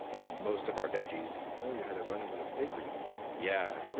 and most of our veggies i know you had a run-in with a pig recently yeah.